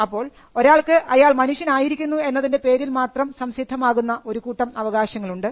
അപ്പോൾ ഒരാൾക്ക് അയാൾ മനുഷ്യൻ ആയിരിക്കുന്നു എന്നതിൻറെ പേരിൽ മാത്രം സംസിദ്ധമാകുന്ന ഒരു കൂട്ടം അവകാശങ്ങളുണ്ട്